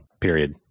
Period